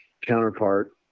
counterpart